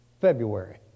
February